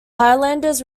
highlanders